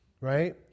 right